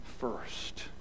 first